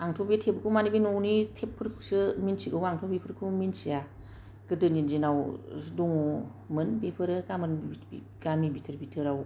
आंथ' बे टेपखौ मानि न'नि टेपफोरखौसो मिन्थिगौ आंथ' बेफोरखौ मिन्थिया गोदोनि दिनाव दङमोन बेफोरो गामोन गामिनि बिथोर बिथोराव